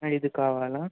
అయిదు కావాలా